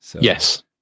Yes